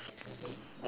why not